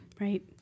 Right